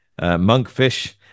Monkfish